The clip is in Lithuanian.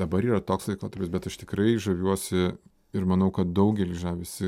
dabar yra toks laikotarpis bet aš tikrai žaviuosi ir manau kad daugelis žavisi